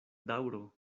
daŭro